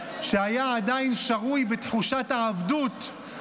שהיה עדיין שרוי בתחושות העבדות,